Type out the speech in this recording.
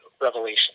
Revelation